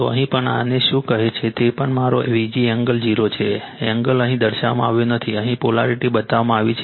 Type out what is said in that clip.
તો અહીં પણ આને શું કહે છે તે પણ મારો Vg એંગલ 0 છે એંગલ અહીં દર્શાવવામાં આવ્યું નથી અહીં પોલેરિટી બતાવવામાં આવી છે